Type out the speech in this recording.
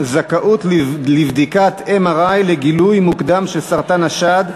זכאות לבדיקת MRI לגילוי מוקדם של סרטן השד),